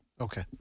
Okay